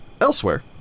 Elsewhere